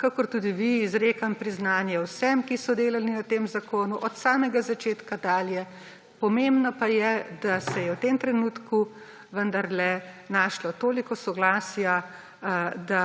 kakor tudi vi, izrekam priznanje vsem, ki so delali na tem zakonu od samega začetka dalje. Pomembno pa je, da se je v tem trenutku vendarle našlo toliko soglasja, da